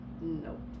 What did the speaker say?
nope